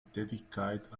tätigkeit